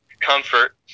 comfort